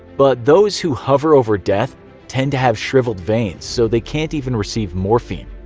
but those who hover over death tend to have shriveled veins, so they can't even receive morphine.